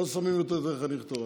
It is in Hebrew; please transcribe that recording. לא שמים אותו יותר חניך תורן.